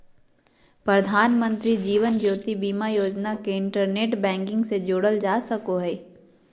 प्रधानमंत्री जीवन ज्योति बीमा योजना के इंटरनेट बैंकिंग से जोड़ल जा सको हय